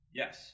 yes